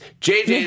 JJ